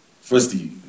firstly